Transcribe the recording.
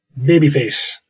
Babyface